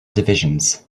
divisions